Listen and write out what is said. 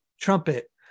trumpet